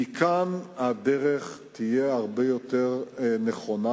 מכאן הדרך תהיה הרבה יותר נכונה.